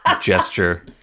gesture